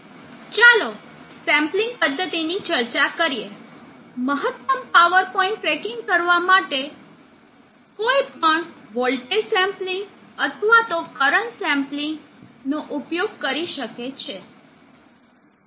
ચાલો સેમ્પલિંગ પદ્ધતિની ચર્ચા કરીએ મહત્તમ પાવર પોઇન્ટ ટ્રેકિંગ કરવા માટે કોઈપણ વોલ્ટેજ સેમ્પલિંગ અથવા તો કરંટ સેમ્પલિંગ પણ કરી શકે છે